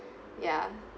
ya